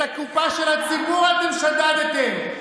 את הקופה של הציבור אתם שדדתם,